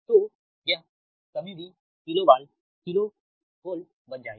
तो यह कमी भी किलो वोल्ट बन जाएगी